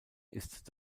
ist